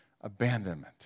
Abandonment